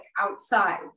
outside